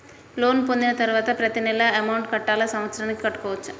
Loan పొందిన తరువాత ప్రతి నెల అమౌంట్ కట్టాలా? సంవత్సరానికి కట్టుకోవచ్చా?